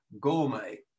gourmet